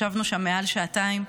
ישבנו שם מעל שעתיים,